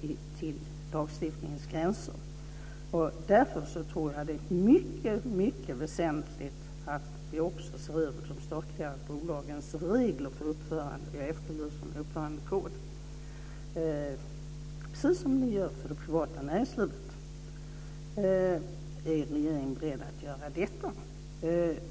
i förhållande till lagstiftningens gränser. Därför tror jag att det är mycket väsentligt att vi också ser över de statliga bolagens regler för uppförande, och jag efterlyser en uppförandekod - precis som ni gör för det privata näringslivet. Är regeringen beredd att göra detta?